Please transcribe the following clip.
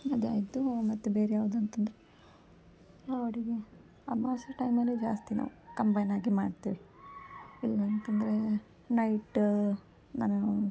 ಅದಾಯಿತು ಮತ್ತು ಬೇರೆ ಯಾವುದು ಅಂತಂದರೆ ಅಡುಗೆ ಅಮಾಸ್ಯೆ ಟೈಮಲಿ ಜಾಸ್ತಿ ನಾವು ಕಂಬೈನಾಗಿ ಮಾಡ್ತೀವಿ ಇಲ್ಲ ಅಂತಂದರೆ ನೈಟ ನಾನು